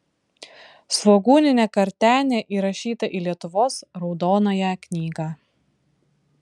svogūninė kartenė įrašyta į lietuvos raudonąją knygą